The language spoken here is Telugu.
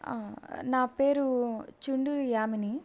నా పేరు చుండూరు యామిని